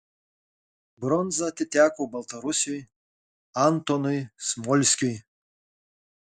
bronza atiteko baltarusiui antonui smolskiui